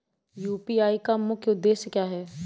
UPI का मुख्य उद्देश्य क्या है?